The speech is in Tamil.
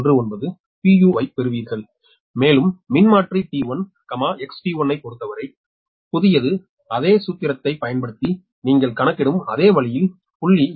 u ஐப் பெறுவீர்கள் மேலும் மின்மாற்றி T1 XT1 ஐப் பொறுத்தவரை புதியது அதே சூத்திரத்தைப் பயன்படுத்தி நீங்கள் கணக்கிடும் அதே வழியில் 0